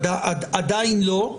עדיין לא,